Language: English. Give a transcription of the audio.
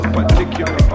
particular